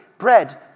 Bread